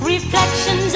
Reflections